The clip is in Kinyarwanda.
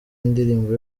indirimbo